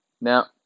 Now